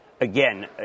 again